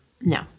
No